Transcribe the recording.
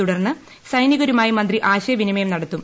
തുടർന്ന് സൈനികരുമായി മന്ത്രി ആശയവിനിമയം നടത്തും